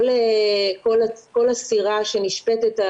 כל אסירה שנשפטת,